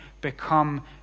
become